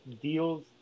deals